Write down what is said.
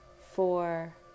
four